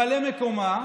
בבקשה.